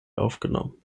aufgenommen